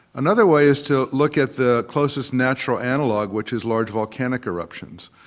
another way is to look at the closest natural analogue, which is large volcanic eruptions.